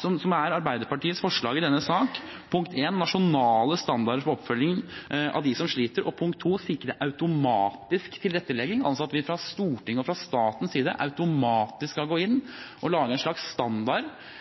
som er Arbeiderpartiets forslag i denne sak – 1) nasjonale standarder for oppfølging av dem som sliter, og 2) sikre automatisk tilrettelegging, altså at vi fra Stortingets og statens side automatisk skal gå inn og lage en slags standard,